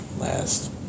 last